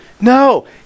No